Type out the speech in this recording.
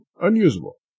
unusable